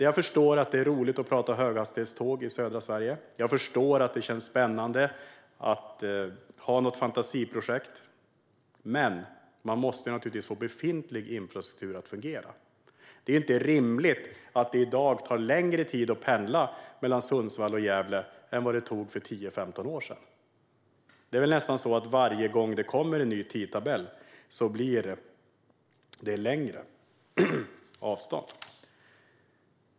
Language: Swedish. Jag förstår att det är roligt att prata höghastighetståg i södra Sverige och att det känns spännande att ha ett fantasiprojekt, men man måste få befintlig infrastruktur att fungera. Det är inte rimligt att det i dag tar längre tid att pendla mellan Sundsvall och Gävle än vad det gjorde för tio femton år sedan. Det blir nästan längre avstånd varje gång det kommer en ny tidtabell.